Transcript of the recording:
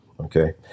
Okay